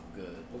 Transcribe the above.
good